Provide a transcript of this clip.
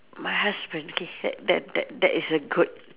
my husband K that that that that is a good